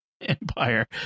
empire